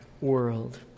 world